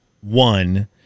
one